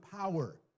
power